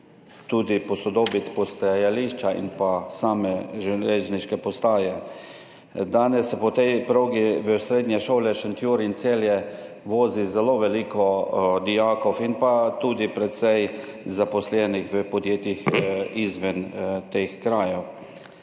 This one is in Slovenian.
pa tudi postajališča in same železniške postaje. Danes se po tej progi v srednje šole v Šentjurju in Celju vozi zelo veliko dijakov in tudi precej zaposlenih v podjetjih izven teh krajev,